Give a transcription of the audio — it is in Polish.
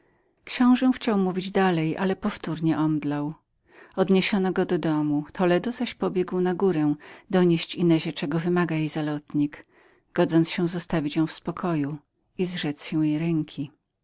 książe chciał mówić dalej ale powtórnie omdlał odniesiono go do domu toledo zaś pobiegł na górę donieść inezie czego wymagał jej zalotnik dla zostawienia jej w spokoju i zrzeczenia się jej ręki